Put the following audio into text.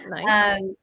nice